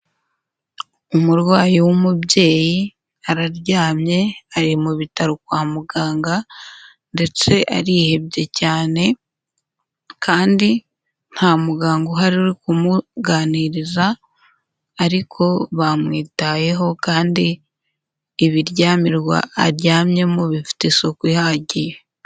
Umurwayi w'umubyeyi araryamye ari mu bitaro kwa muganga ndetse arihebye cyane kandi nta muganga uhari uri kumuganiriza ariko bamwitayeho kandi ibiryamirwa aryamyemo bifite isuku ihagije.